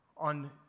on